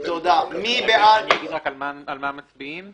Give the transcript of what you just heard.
אני אגיד רק על מה מצביעים.